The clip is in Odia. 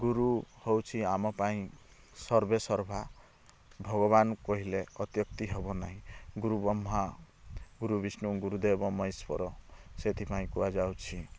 ଗୁରୁ ହେଉଛି ଆମ ପାଇଁ ସର୍ବେ ସର୍ବା ଭଗବାନ କହିଲେ ଅତ୍ୟୁକ୍ତି ହେବ ନାହିଁ ଗୁରୁ ବ୍ରହ୍ମା ଗୁରୁ ବିଷ୍ନୁ ଗୁରୁ ଦେବ ମହେଶ୍ୱର ସେଥିପାଇଁ କୁହାଯାଉଛି